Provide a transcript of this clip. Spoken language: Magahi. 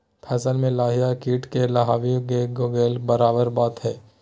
फसल में लाही या किट के हावी हो गेला बराबर बात हइ